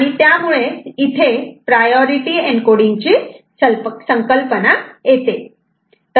आणि तेव्हा इथे प्रायोरिटी एन्कोडींग ची संकल्पना येते